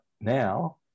now